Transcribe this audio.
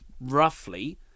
roughly